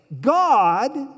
God